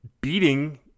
beating